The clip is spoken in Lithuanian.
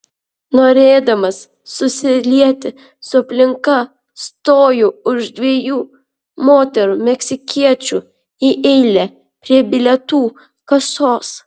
norėdamas susilieti su aplinka stoju už dviejų moterų meksikiečių į eilę prie bilietų kasos